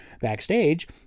backstage